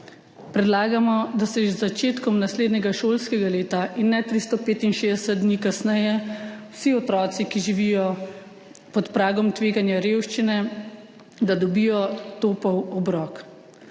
Predlagamo, da že z začetkom naslednjega šolskega leta in ne 365 dni kasneje vsi otroci, ki živijo pod pragom tveganja revščine, dobijo topel obrok.